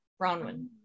Bronwyn